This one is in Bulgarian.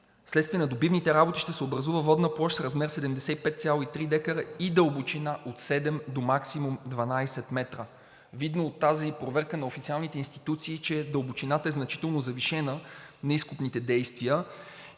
следствие на добивните работи ще се образува водна площ с размер 75,3 дка и дълбочина от 7 до максимум 12 м. Видно от тази проверка на официалните институции е, че дълбочината е значително завишена на изкопните действия.